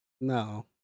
no